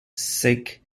sikh